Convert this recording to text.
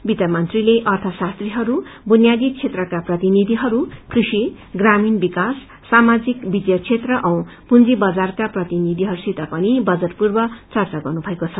वित्त मंत्रीले आशास्त्रीहरू बुनियादी क्षेत्रका प्रतिनिधिहरू कृषि प्रामीण विकास सामाणिक वित्तीय क्षेत्र औ पूंजी बजारका प्रतिनिविहस्सित पनि बजट पूर्व चर्चा गरिसक्नु भएको छ